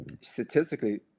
statistically